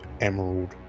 emerald